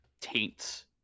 taints